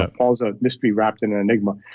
but paul's a mystery wrapped in an enigma.